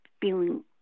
feeling